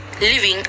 living